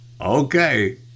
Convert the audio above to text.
Okay